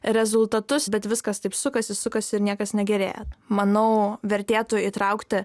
rezultatus bet viskas taip sukasi sukasi ir niekas negerėja manau vertėtų įtraukti